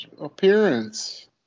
appearance